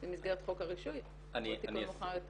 אני מחדדת כדי שנוכל לחשוב על